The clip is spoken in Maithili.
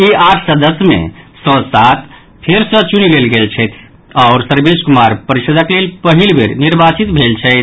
इ आठ सदस्य मे सँ सात फेर सँ चुनी लेल गेल छथि आओर सर्वेश कुमार परिषदक लेल पहिल वेर निर्वाचित भेल छथि